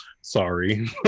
Sorry